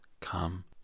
come